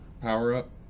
power-up